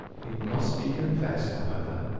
it must be confessed, however,